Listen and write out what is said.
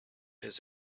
his